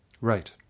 right